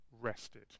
rested